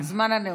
זמן הנאום.